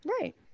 right